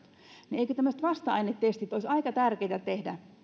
niin eivätkö tällaiset vasta ainetestit olisi aika tärkeitä tehdä